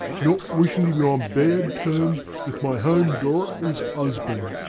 not wishin' to be on bad terms with my hown daughrter's usban.